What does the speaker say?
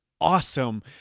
awesome